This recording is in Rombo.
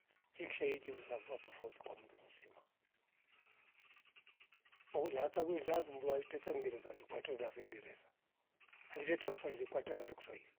Chi kishaiji vuza vua tafouti kwa mndu mlimsima uloliata wenda ndururwa tetenge ngerezare kweite na vingereza hariteta kufa ivakwata ve kiswahili